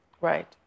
Right